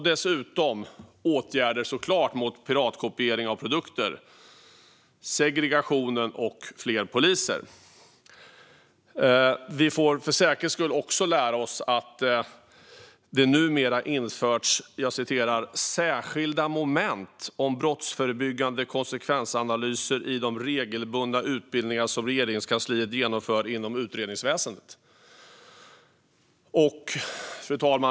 Dessutom handlar det såklart om åtgärder mot piratkopiering av produkter, om segregationen och om fler poliser. Vi får för säkerhets skull också lära oss att "särskilda moment om brottsförebyggande konsekvensanalyser införts i de regelbundna utbildningar som Regeringskansliet genomför inom utredningsväsendet". Fru talman!